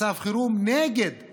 מצב חירום נגד כך